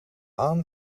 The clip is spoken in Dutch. aan